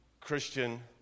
Christian